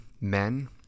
men